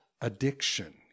addiction